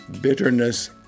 bitterness